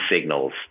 signals